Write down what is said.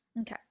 Okay